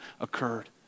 occurred